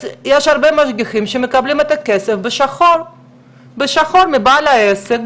יש הרבה משגיחים שמקבלים את הכסף בשחור מבעל העסק,